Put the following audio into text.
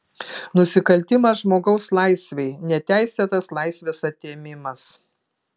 nusikaltimas žmogaus laisvei neteisėtas laisvės atėmimas